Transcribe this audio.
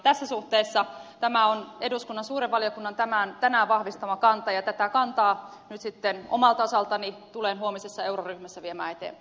tässä suhteessa tämä on eduskunnan suuren valiokunnan tänään vahvistama kanta ja tätä kantaa nyt sitten omalta osaltani tulen huomisessa euroryhmässä viemään eteenpäin